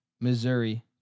Missouri